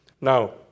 Now